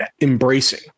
embracing